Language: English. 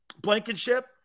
Blankenship